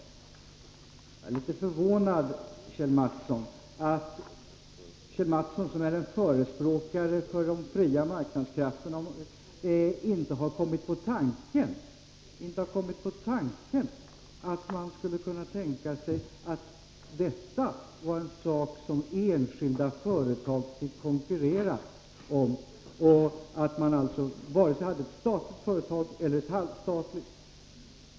Jag är litet förvånad att Kjell Mattsson, som är en förespråkare för de fria marknadskrafterna, inte har kommit på tanken att detta var någonting som enskilda företag fick konkurrera om och att man alltså varken skulle ha ett statligt eller ett halvstatligt företag.